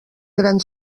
gran